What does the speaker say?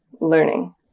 learning